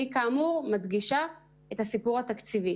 אני כאמור מדגישה את הסיפור התקציבי.